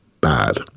bad